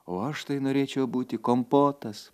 o aš tai norėčiau būti kompotas